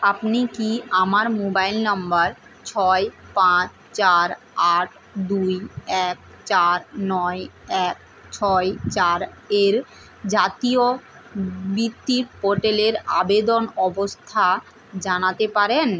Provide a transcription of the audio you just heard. আপনি কি আমার মোবাইল নম্বর ছয় পাঁচ চার আট দুই এক চার নয় এক ছয় চার এর জাতীয় বৃত্তির পোটেলের আবেদন অবস্থা জানাতে পারেন